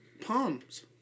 Palms